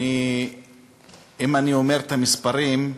אני אומר את המספרים,